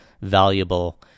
valuable